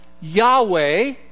Yahweh